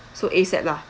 so ASAP lah